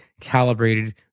calibrated